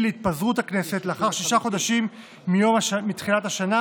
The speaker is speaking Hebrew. להתפזרות הכנסת לאחר שישה חודשים מתחילת השנה,